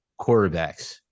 quarterbacks